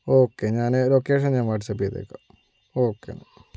okay ഞാന് location ഞാന് WhatsApp ചെയ്തേക്കാം ഓക്കെന്നാ